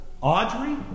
Audrey